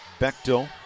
Bechtel